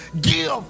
give